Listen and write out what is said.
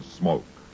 smoke